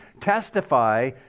testify